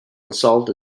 installed